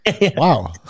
wow